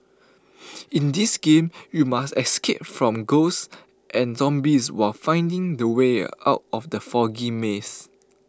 in this game you must escape from ghosts and zombies while finding the way out of the foggy maze